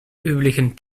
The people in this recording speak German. üblichen